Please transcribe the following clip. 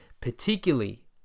particularly